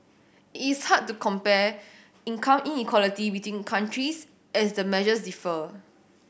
it is hard to compare income inequality between countries as the measures differ